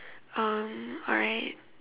um alright